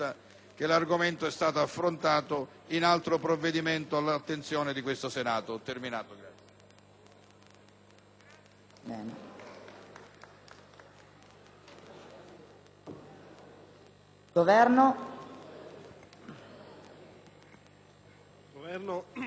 Il Governo è sostanzialmente d'accordo con quanto ha espresso il relatore, ma farà comunque alcune puntualizzazioni.